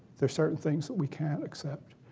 there's certain things that we can't accept.